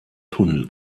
tunnel